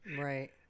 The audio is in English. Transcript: Right